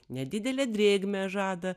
nedidelę drėgmę žada